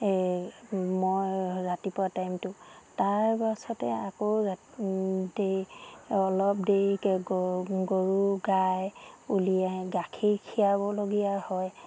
এই মই ৰাতিপুৱা টাইমটো তাৰপাছতে আকৌ অলপ দেৰিকৈ গৰু গাই উলিয়াই গাখীৰ খীৰাবলগীয়া হয়